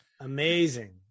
Amazing